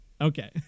Okay